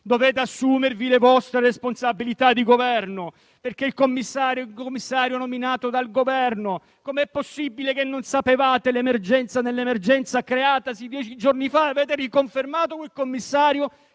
dovete assumervi le vostre responsabilità di Governo, perché il commissario è nominato dal Governo. Come è possibile che non sapevate dell'emergenza nell'emergenza creatasi dieci giorni fa? Avete riconfermato quel commissario,